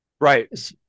Right